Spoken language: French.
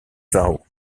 zhao